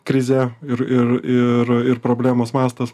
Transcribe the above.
krizė ir ir ir ir problemos mastas